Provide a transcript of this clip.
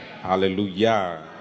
Hallelujah